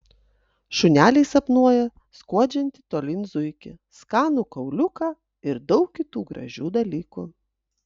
šuneliai sapnuoja skuodžiantį tolyn zuikį skanų kauliuką ir daug kitų gražių dalykų